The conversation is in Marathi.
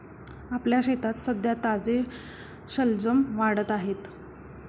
आपल्या शेतात सध्या ताजे शलजम वाढत आहेत